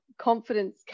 confidence